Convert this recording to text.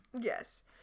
Yes